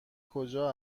کجا